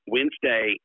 Wednesday